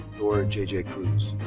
thor jj cruz.